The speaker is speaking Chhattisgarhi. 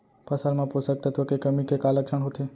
फसल मा पोसक तत्व के कमी के का लक्षण होथे?